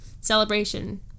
celebration